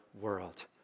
world